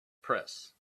press